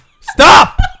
Stop